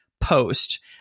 post